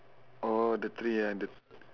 oh the tree ah the